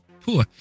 poor